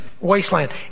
wasteland